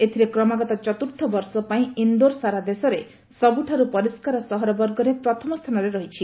ଏଥରେ କ୍ରମାଗତ ଚତୁର୍ଥ ବର୍ଷ ପାଇଁ ଇନ୍ଦୋର ସାରା ଦେଶରେ ସବୁଠାରୁ ପରିଷ୍କାର ସହର ବର୍ଗରେ ପ୍ରଥମ ସ୍ଥାନରେ ରହିଛି